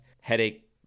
headache